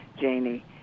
Janie